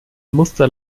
muster